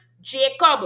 jacob